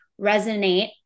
resonate